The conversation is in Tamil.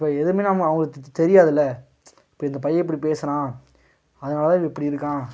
இப்போ எதுவுமே நம்ம அவங்களுக்கு தெரியாதுல்ல இப்போ இந்த பையன் இப்படி பேசுகிறான் அதனால் இவன் இப்படி இருக்கான்